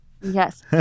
yes